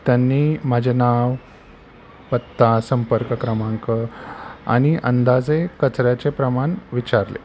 त्यांनी माझे नाव पत्ता संपर्क क्रमांक आणि अंदाजे कचऱ्याचे प्रमाण विचारले